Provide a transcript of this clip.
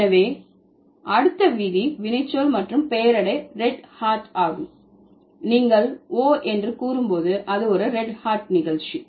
எனவே அடுத்த விதி வினைச்சொல் மற்றும் பெயரடை ரெட்ஹாட் ஆகும் நீங்கள் ஓ என்று கூறும்போது அது ஒரு ரெட்ஹாட் நிகழ்ச்சி